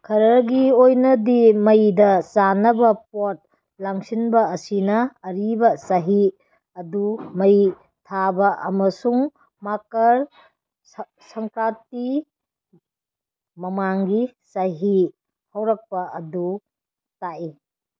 ꯈꯔꯒꯤ ꯑꯣꯏꯅꯗꯤ ꯃꯩꯗ ꯆꯥꯅꯕ ꯄꯣꯠ ꯂꯪꯁꯤꯟꯕ ꯑꯁꯤꯅ ꯑꯔꯤꯕ ꯆꯍꯤ ꯑꯗꯨ ꯃꯩ ꯊꯥꯕ ꯑꯃꯁꯨꯡ ꯃꯥꯀꯔ ꯁꯪꯀ꯭ꯔꯥꯟꯇꯤ ꯃꯃꯥꯡꯒꯤ ꯆꯍꯤ ꯍꯧꯔꯛꯄ ꯑꯗꯨ ꯇꯥꯛꯏ